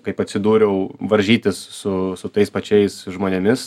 kaip atsidūriau varžytis su su tais pačiais žmonėmis